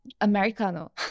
americano